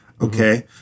Okay